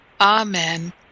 Amen